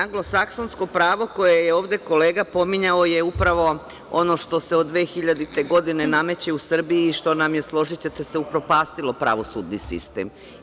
Anglosaksonsko pravo koje je ovde kolega pominjao je upravo ono što se od 2000. godine nameće u Srbiji, što nam je, složićete se, upropastilo pravosudni sistem.